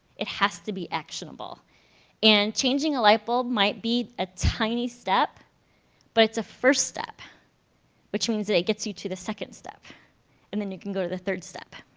it has to be actionable and changing a lightbulb might be a tiny step but it's a first step which means it gets you to the second step and then you can go to the third step.